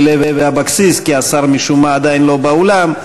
לוי אבקסיס כי השר משום מה עדיין לא באולם,